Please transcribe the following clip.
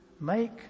make